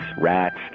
rats